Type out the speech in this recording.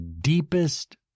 deepest